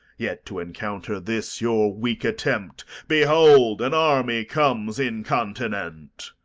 yet, to encounter this your weak attempt, behold, an army comes incontinent!